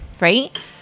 right